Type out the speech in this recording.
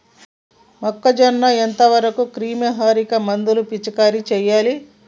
మొక్కజొన్న ఎంత వరకు క్రిమిసంహారక మందులు పిచికారీ చేయాలి?